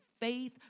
faith